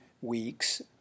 weeks